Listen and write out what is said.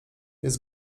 jest